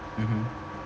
mmhmm